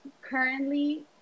currently